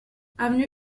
avenue